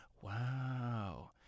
wow